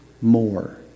more